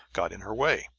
got in her way.